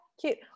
cute